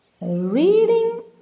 Reading